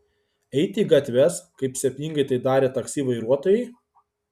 eiti į gatves kaip sėkmingai tai darė taksi vairuotojai